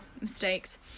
mistakes